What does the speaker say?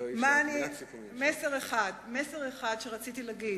מסר אחד שרציתי להגיד: